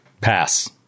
Pass